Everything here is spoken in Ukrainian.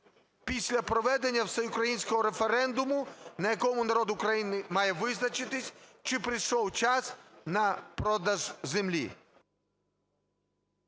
після проведення всеукраїнського референдуму, на якому народ має визначитись, чи прийшов час на продаж землі.